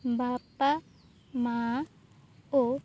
ବାପା ମାଆ ଓ